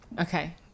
Okay